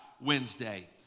Wednesday